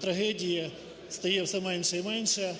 трагедії, стає все менше і менше,